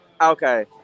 Okay